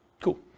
Cool